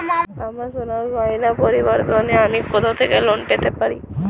আমার সোনার গয়নার পরিবর্তে আমি কোথা থেকে লোন পেতে পারি?